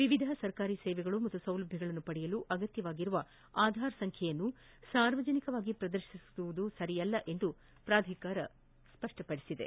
ವಿವಿಧ ಸರ್ಕಾರಿ ಸೇವೆ ಮತ್ತು ಸೌಲಭ್ಞ ಪಡೆಯಲು ಅಗತ್ಯವಾದ ಆಧಾರ್ ಸಂಖ್ಯೆಯನ್ನು ಸಾರ್ವಜನಿಕವಾಗಿ ಪ್ರದರ್ಶಿಸುವುದು ಸರಿಯಲ್ಲ ಎಂದು ಪ್ರಾಧಿಕಾರ ತಿಳಿಸಿದೆ